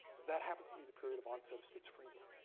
that happens to be the period of onset of schizophrenia.